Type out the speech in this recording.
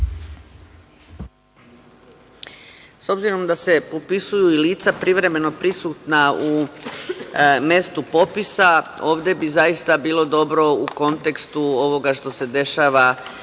S obzirom da se popisuju i lica privremeno prisutna u mestu popisa, ovde bi zaista bilo dobro u kontekstu ovoga što se dešava sa